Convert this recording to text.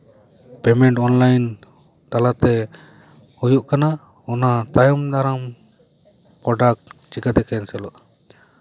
payment online ᱛᱟᱞᱟᱛᱮ ᱦᱩᱭᱩᱜ ᱠᱟᱱᱟ ᱚᱱᱟ ᱛᱟᱭᱚᱢ ᱫᱟᱨᱟᱢ ᱯᱨᱚᱰᱟᱠᱴ ᱪᱤᱠᱟᱹᱛᱮ ᱠᱮᱱᱥᱮᱞᱚᱜᱼᱟ